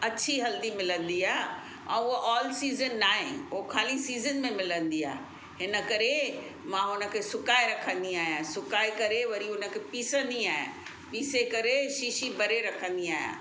अच्छी हल्दी मिलंदी आहे ऐं उहो ऑल सीज़न न आहे उहो ख़ाली सीज़न में मिलंदी आहे हिन करे मां हुनखे सुकाइ रखंदी आहियां सुकाइ करे वरी हुनखे पीसंदी आहियां पीसे करे शीशी भरे रखंदी आहियां